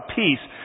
peace